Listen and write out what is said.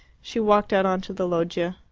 she walked out on to the loggia.